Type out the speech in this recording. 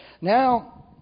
Now